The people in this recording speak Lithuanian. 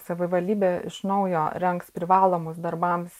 savivaldybė iš naujo rengs privalomus darbams